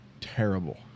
terrible